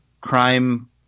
crime